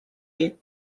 you